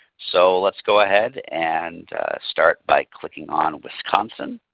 so let's go ahead and start by clicking on wisconsin.